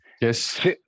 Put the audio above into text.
Yes